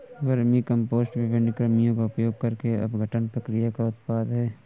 vermicompost विभिन्न कृमियों का उपयोग करके अपघटन प्रक्रिया का उत्पाद है